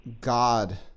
God